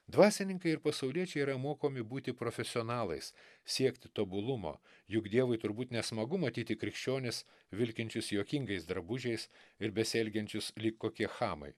dvasininkai ir pasauliečiai yra mokomi būti profesionalais siekti tobulumo juk dievui turbūt nesmagu matyti krikščionis vilkinčius juokingais drabužiais ir besielgiančius lyg kokie chamai